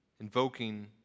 invoking